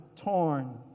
torn